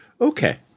Okay